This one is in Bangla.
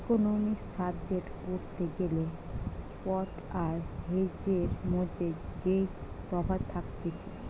ইকোনোমিক্স সাবজেক্ট পড়তে গ্যালে স্পট আর হেজের মধ্যে যেই তফাৎ থাকতিছে